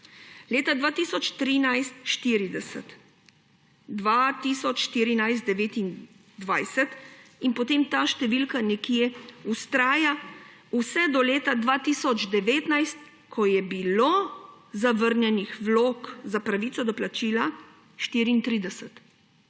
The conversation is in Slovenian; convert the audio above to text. leta 2013 – 40, 2014 – 29 in potem ta številka nekje vztraja vse do leta 2019, ko je bilo zavrnjenih vlog za pravico do plačila 34,